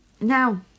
Now